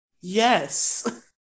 Yes